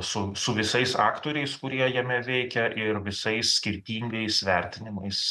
su su visais aktoriais kurie jame veikia ir visais skirtingais vertinimais